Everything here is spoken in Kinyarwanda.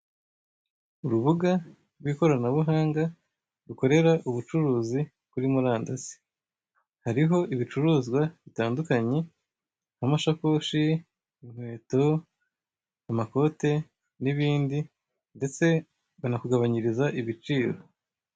Urubuga rw'ikoranabuhanga rukorera ubucuruzi kuri murandasi, hariho ibicuruzwa bitandukanye nk'amasakoshi, inkweto, amakote n'ibindi. Ndetse banakugabanyiriza ibiciro.